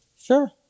Sure